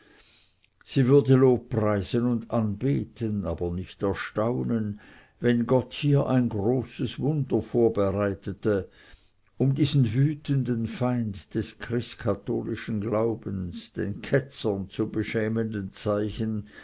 sie würde lobpreisen und anbeten aber nicht erstaunen wenn gott hier ein großes wunder vorbereitete um diesen wütenden feind des christkatholischen glaubens den ketzern zum beschämenden zeichen